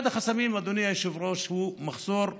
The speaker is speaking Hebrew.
אחד החסמים, אדוני היושב-ראש הוא מחסור בידע,